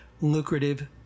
lucrative